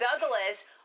Douglas